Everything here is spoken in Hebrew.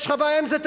יש לך בעיה עם זה?